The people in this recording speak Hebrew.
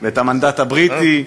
את המנדט הבריטי,